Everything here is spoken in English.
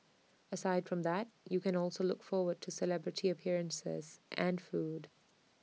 aside from that you can also look forward to celebrity appearances and food